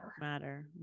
Matter